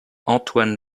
antoine